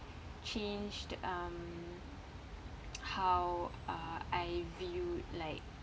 changed um how uh I viewed like